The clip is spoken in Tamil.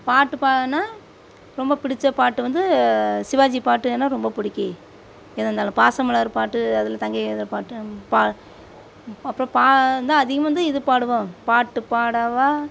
பாட்டு பாடினா ரொம்ப புடிச்ச பாட்டு வந்து சிவாஜி பாட்டுன்னால் ரொம்ப பிடிக்கி எது இருந்தாலும் பாசமலர் பாட்டு அதில் தங்கை இது பாட்டும் பா அப்புறம் பா வந்து அதிகமாக வந்து இது பாடுவோம் பாட்டு பாடவா